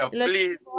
Please